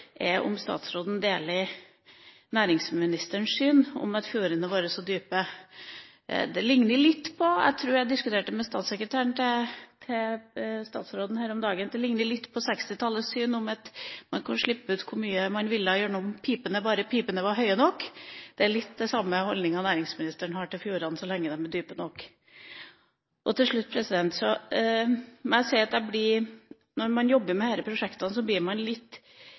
er om statsråden deler næringsministerens syn om at fjordene våre er så dype. Dette ligner litt på – jeg tror jeg diskuterte det med statssekretæren til statsråden her om dagen – 1960-tallets syn om at man kunne slippe ut hvor mye man ville gjennom pipene, bare pipene var høye nok. Det er litt av den samme holdninga næringsministeren har til fjordene – så lenge de er dype nok. Til slutt: Jeg må si at når man jobber med disse prosjektene, blir man litt